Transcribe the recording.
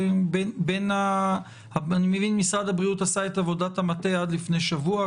אני מבין שמשרד הבריאות עשה את עבודת המטה עד לפני שבוע,